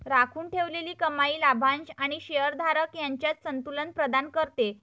राखून ठेवलेली कमाई लाभांश आणि शेअर धारक यांच्यात संतुलन प्रदान करते